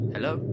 Hello